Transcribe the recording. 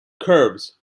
curves